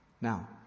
Now